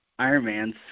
Ironmans